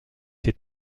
ses